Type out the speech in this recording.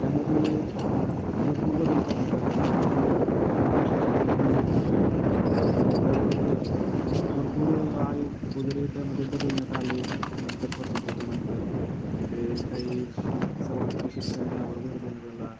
त्यामध्ये भार भरपूर बदल करण्यात आले त्यामध्ये मूलभूत हक्क म्हणून शिक्षणाला मान्य केलं गेलं आणि त्याबरोबरच भरपूर आयोग वगैरे त्यामध्ये बदलण्यात आले नंतर स्वातंत्र्याच्या नंतर त्याच्यामध्ये काही शिक सर्वांसाठी शिक्षण यावर भर देण्यात आला